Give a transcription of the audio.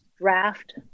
draft